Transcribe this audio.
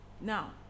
Now